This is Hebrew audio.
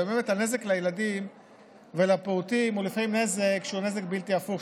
ובאמת הנזק לילדים ולפעוטות הוא לפעמים נזק בלתי הפיך,